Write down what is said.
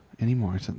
anymore